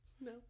No